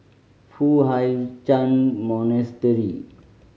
Foo Hai Ch'an Monastery